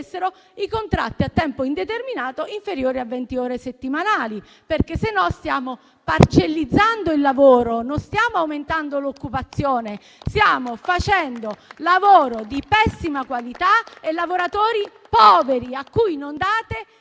i contratti a tempo indeterminato inferiori a venti ore settimanali, altrimenti stiamo parcellizzando il lavoro, non stiamo aumentando l'occupazione. Stiamo creando lavoro di pessima qualità e lavoratori poveri, a cui non date